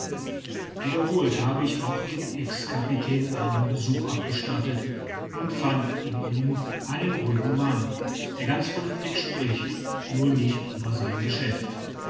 wiederholt habe ich auch dem ex kapitän einen besuch abgestattet und fand in ihm einen ruhigen mann der ganz vernünftig spricht nur nicht über sein geschäft